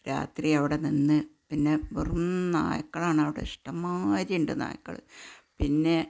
രാത്രി അവിടെ നിന്ന് പിന്നെ വെറും നായ്ക്കളാണവിടെ ഇഷ്ടംമാതിരിയുണ്ട് നായ്ക്കൾ പിന്നെ